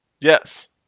Yes